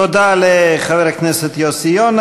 תודה לחבר הכנסת יוסי יונה.